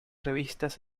revistas